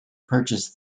purchase